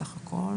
סך הכול